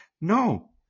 no